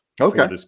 Okay